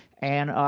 and,